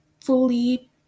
fully